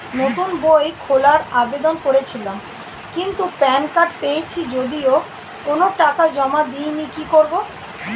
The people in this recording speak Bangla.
নতুন বই খোলার আবেদন করেছিলাম কিন্তু প্যান কার্ড পেয়েছি যদিও কোনো টাকা জমা দিইনি কি করব?